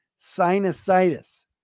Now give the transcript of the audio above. sinusitis